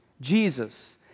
Jesus